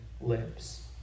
lips